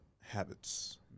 habits